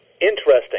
interesting